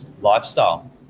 lifestyle